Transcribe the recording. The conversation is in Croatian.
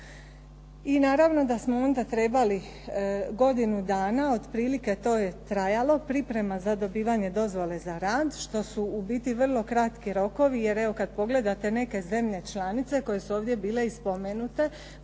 I naravno da smo onda trebali godinu dana, otprilike to je trajalo priprema za dobivanje dozvole za rad što su u biti vrlo kratki rokovi. Jer evo kad pogledate neke zemlje članice koje su ovdje bile i spomenute